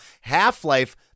Half-Life